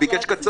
הוא ביקש קצר.